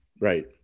right